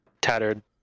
tattered